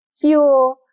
fuel